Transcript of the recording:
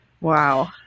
wow